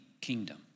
kingdom